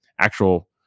actual